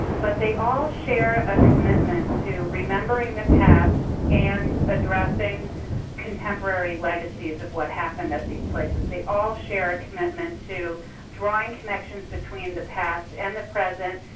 but they all share a commitment to remembering the past and addressing contemporary legacies of what happened at these places. they all share a commitment to drawing connections between the past and the present,